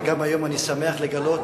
וגם היום אני שמח לגלות